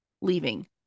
leaving